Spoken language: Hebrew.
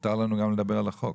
מותר לנו גם לדבר על החוק.